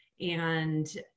and-